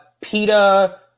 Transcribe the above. PETA